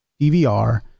DVR